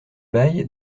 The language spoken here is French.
bail